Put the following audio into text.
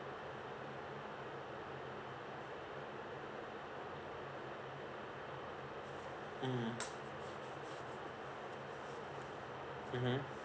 mm mmhmm